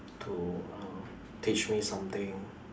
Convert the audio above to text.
to uh teach me something